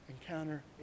encounter